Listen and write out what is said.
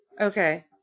Okay